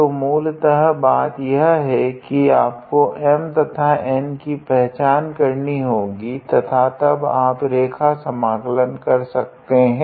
तो मूलतः बात यह है की आपको M तथा N की पहचान करनी होगी तथा तब आप रेखा समाकलन कर सकते है